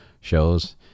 shows